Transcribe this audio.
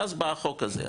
ואז בא החוק הזה.